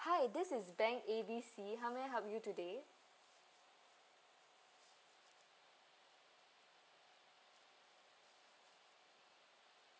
hi this is bank A B C how may I help you today